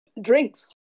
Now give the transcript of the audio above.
drinks